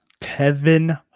Kevin